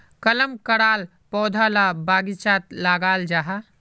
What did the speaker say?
कलम कराल पौधा ला बगिचात लगाल जाहा